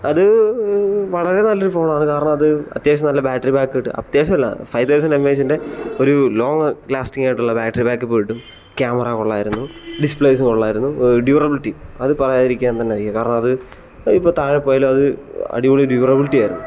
അത് വളരെ നല്ലൊരു ഫോണാണ് കാരണം അത് അത്യാവശ്യം നല്ല ബാട്ട്റി ബാക്ക് കിട്ടും അത്യാവശ്യമല്ല ഫൈതൗസൻഡ് എം ഐ എസിൻ്റെ ഒരു ലോങ്ങ് ലാസ്റ്റിംങായിട്ടുള്ള ബാട്ട്റി ബാക്കപ്പ് കിട്ടും ക്യാമറ കൊള്ളാമായിരുന്നു ഡിസ്പ്ലൈയ്സ് കൊള്ളാമായിരുന്നു ഡ്യൂറബിലിറ്റി അത് പറയാതിരിക്കാൻ തന്നെ വയ്യ കാരണം അത് ഇപ്പോൾ താഴെ പോയാലും അത് അടിപൊളി ഡ്യൂറബിലിറ്റിയായിരുന്നു